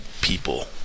people